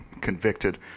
convicted